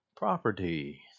property